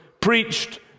preached